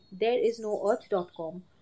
Thereisnoearth.com